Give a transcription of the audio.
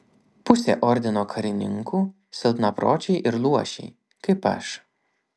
pusė ordino karininkų silpnapročiai ir luošiai kaip aš